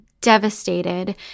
devastated